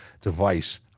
device—